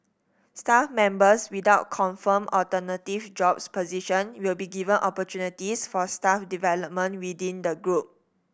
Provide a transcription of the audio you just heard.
staff members without confirmed alternative job position will be given opportunities for staff development within the group